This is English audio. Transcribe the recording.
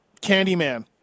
Candyman